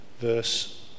verse